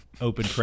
open